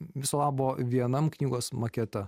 viso labo vienam knygos makete